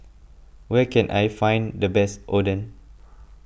where can I find the best Oden